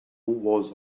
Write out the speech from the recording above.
was